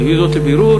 מביאים זאת לבירור,